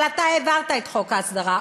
אבל אתה העברת את חוק ההסדרה,